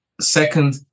Second